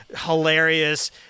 hilarious